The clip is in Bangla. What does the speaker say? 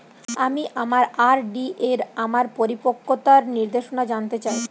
আমি আমার আর.ডি এর আমার পরিপক্কতার নির্দেশনা জানতে চাই